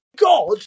God